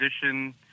position